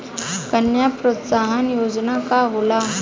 कन्या प्रोत्साहन योजना का होला?